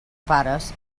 pares